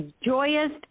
joyous